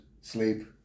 Sleep